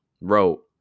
wrote